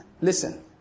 Listen